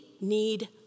need